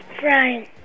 Brian